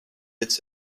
its